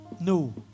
No